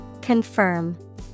Confirm